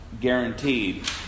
guaranteed